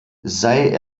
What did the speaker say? sei